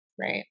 Right